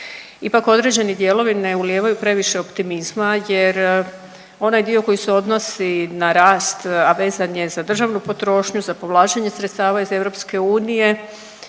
Ipak određeni dijelovi ne ulijevaju previše optimizma jer onaj dio koji se odnosi na rast, a vezan je za državnu potrošnju, za povlačenje sredstava iz EU